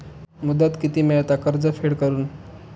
मुदत किती मेळता कर्ज फेड करून?